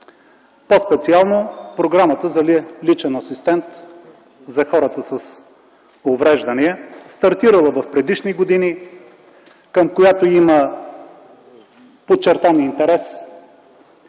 по-специално Програмата за личен асистент за хората с увреждания, стартирала в предишни години, към която има подчертан интерес,